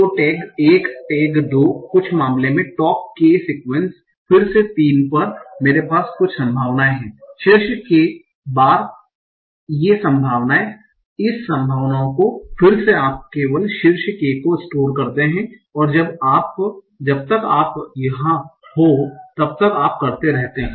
तो tag 1 tag 2 कुछ मामले में टॉप k सीक्वेंस फिर से 3 पर मेरे पास कुछ संभावनाएं हैं शीर्ष k बार ये संभावनाएं इस संभावनाओं को फिर से आप केवल शीर्ष k को स्टोर करते हैं और जब तक आप यहाँ हो तब तक आप करते रहते हो